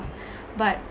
but